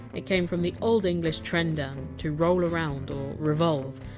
it came from the old english! trendan, to roll around or revolve,